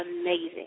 amazing